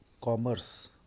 commerce